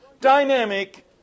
dynamic